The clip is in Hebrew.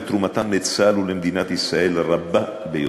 ותרומתם לצה"ל ולמדינת ישראל רבה ביותר.